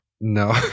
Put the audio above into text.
No